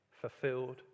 fulfilled